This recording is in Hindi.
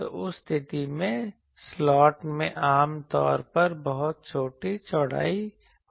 तो उस स्थिति में स्लॉट में आम तौर पर बहुत छोटी चौड़ाई होती है